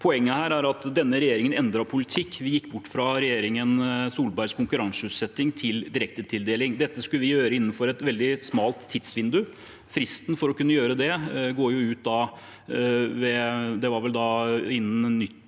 Poenget her er at denne regjeringen endret politikk. Vi gikk bort fra regjeringen Solbergs konkurranseutsetting til direktetildeling. Dette skulle vi gjøre innenfor et veldig smalt tidsvindu. Fristen for å kunne gjøre det går vel ut ved